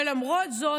ולמרות זאת,